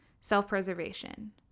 Self-preservation